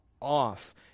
off